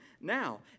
now